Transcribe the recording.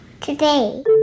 today